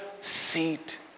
seat